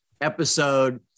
episode